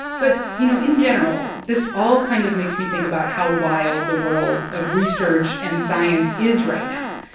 but you know, in general, this all kind of makes me think about how wild the world of research and science is right now.